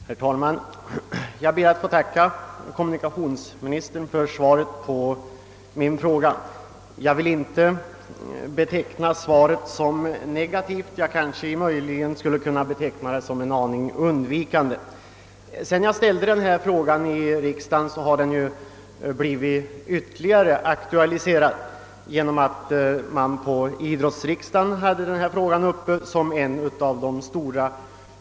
Herr talman! Jag ber att få tacka kommunikationsministern för svaret på min fråga. Jag vill inte beteckna svaret som negativt, men möjligen som en aning undvikande. Sedan jag ställde frågan har problemet blivit ytterligare aktualiserat ge nom att det på idrottsriksdagen var uppe som en av huvudpunkterna.